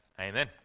amen